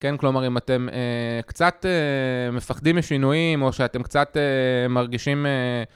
כן? כלומר, אם אתם קצת מפחדים משינויים או שאתם קצת מרגישים...